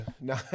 no